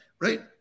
right